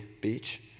beach